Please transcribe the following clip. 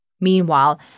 Meanwhile